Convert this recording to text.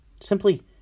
simply